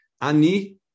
ani